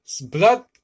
Blood